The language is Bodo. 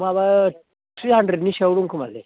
माबा थ्रि हानड्रेडनि सायाव दंखोमालै